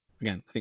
again